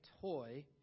toy